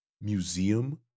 museum